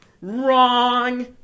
Wrong